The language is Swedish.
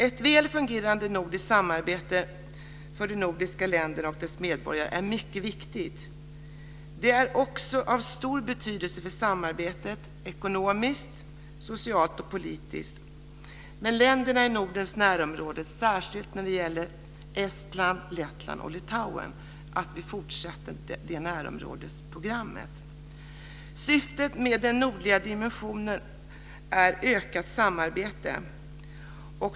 Ett väl fungerande nordiskt samarbete mellan de nordiska länderna och deras medborgare är mycket viktigt. Det är också av stor betydelse för det ekonomiska, sociala och politiska samarbetet med länderna i Nordens närområde, och särskilt när det gäller Estland, Lettland och Litauen, att vi fortsätter närområdesprogrammet. Syftet med den nordliga dimensionen är ett ökat samarbete.